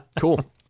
Cool